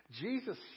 Jesus